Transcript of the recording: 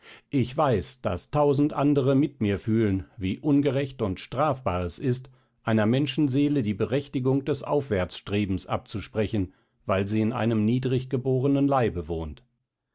ich weiß daß tausend andere mit mir fühlen wie ungerecht und strafbar es ist einer menschenseele die berechtigung des aufwärtsstrebens abzusprechen weil sie in einem niedrig geborenen leibe wohnt